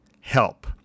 help